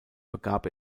begab